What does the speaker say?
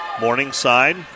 Morningside